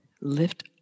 lift